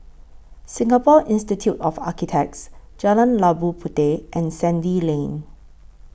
Singapore Institute of Architects Jalan Labu Puteh and Sandy Lane